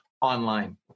online